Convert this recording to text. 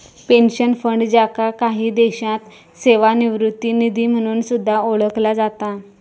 pension fund, ज्याका काही देशांत सेवानिवृत्ती निधी म्हणून सुद्धा ओळखला जाता